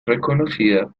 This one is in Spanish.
reconocida